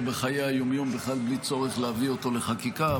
בחיי היום-יום בכלל בלי צורך להביא אותו לחקיקה,